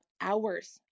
hours